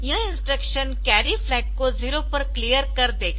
यह instruction carry flag को 0 पर क्लियर कर देगा